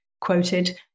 quoted